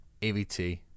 AVT